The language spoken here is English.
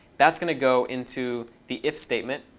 that's going to go into the if statement.